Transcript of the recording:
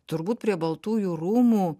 turbūt prie baltųjų rūmų